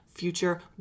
future